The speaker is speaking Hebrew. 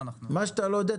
מה שאתה לא יודע,